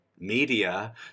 Media